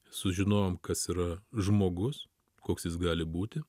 sužinojom kas yra žmogus koks jis gali būti